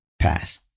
pass